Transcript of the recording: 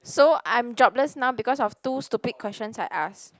so I'm jobless now because of two stupid questions I ask